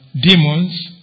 demons